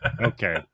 Okay